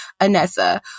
Anessa